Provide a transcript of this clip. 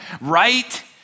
right